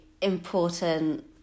important